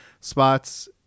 spots